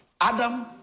Adam